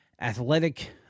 athletic